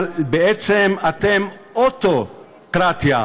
אבל בעצם אתם אוטוקרטיה,